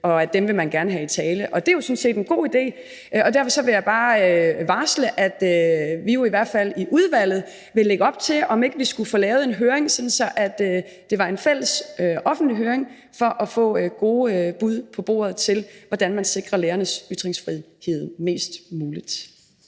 og at man gerne vil have dem i tale. Det er jo sådan set en god idé, og derfor vil jeg bare varsle, at vi jo i hvert fald i udvalget vil lægge op til, at vi får lavet en høring, en fælles offentlig høring, for at få gode bud på bordet til, hvordan man sikrer lærernes ytringsfrihed mest muligt.